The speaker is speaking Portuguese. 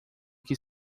que